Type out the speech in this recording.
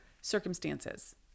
circumstances